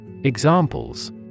Examples